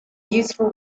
useful